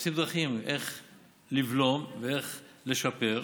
ומחפשים דרכים לבלום ולשפר.